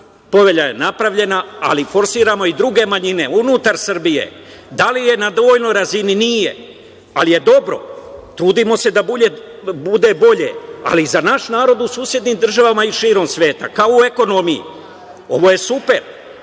povelja je napravljena, ali forsiramo i druge manjine unutar Srbije. Da li je na dovoljnoj razini? Nije. Ali je dobro. Trudimo se da bude bolje, ali za naš narod u susednim državama i širom sveta, kao u ekonomiji. Ovo je super.